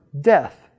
death